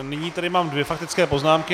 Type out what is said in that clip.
Nyní tady mám dvě faktické poznámky.